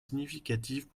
significatives